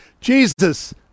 Jesus